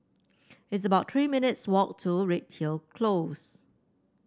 it's about Three minutes walk to Redhill Close